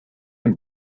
and